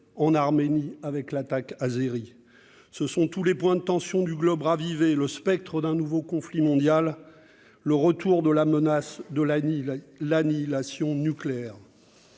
en Arménie, avec l'attaque azérie. Ce sont tous les points de tension du globe ravivés, le spectre d'un nouveau conflit mondial, le retour de la menace de l'annihilation nucléaire.